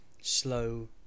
slow